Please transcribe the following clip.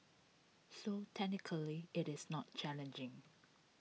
so technically IT is not challenging